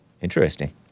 interesting